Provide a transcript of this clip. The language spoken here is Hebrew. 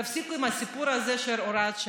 תפסיקו עם הסיפור הזה של הוראת שעה.